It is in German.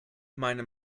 meine